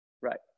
right